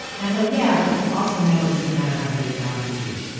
and i go, yeah, but you also know it doesn't matter how good a job you do.